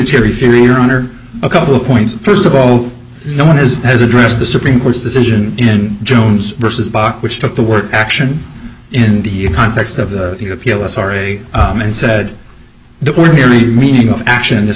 ry theory your honor a couple of points first of all no one is has addressed the supreme court's decision in jones versus bach which took the word action in the context of the appeal as are a and said the ordinary meaning of action in this